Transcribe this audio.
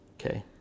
Okay